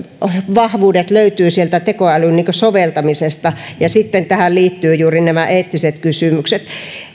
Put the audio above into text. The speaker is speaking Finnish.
vahvuutemme löytyvät tekoälyn soveltamisesta ja tähän liittyvät juuri nämä eettiset kysymykset